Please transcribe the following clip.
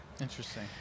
Interesting